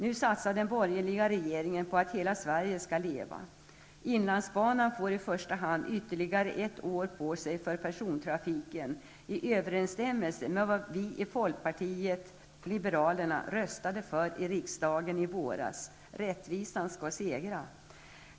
Nu satsar den borgerliga regeringen på att hela Sverige skall leva. Inlandsbanan får i första hand ytterligare ett år på sig för persontrafiken, i överensstämmelse med vad vi i folkpartiet liberalerna röstade för i riksdagen i våras. Rättvisan skall segra.